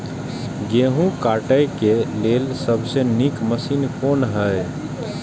गेहूँ काटय के लेल सबसे नीक मशीन कोन हय?